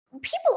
people